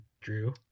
Drew